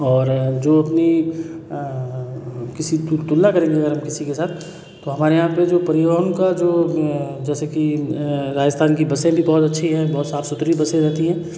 और जो अपनी किसी तुलना करेंगे अगर हम किसी के साथ तो हमारे यहाँ पर जो परिवहन का जो जैसे कि राजस्थान की बसें भी बहुत अच्छी हैं बहुत साफ सुथरी बसें होती हैं